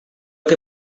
que